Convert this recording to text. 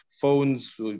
phones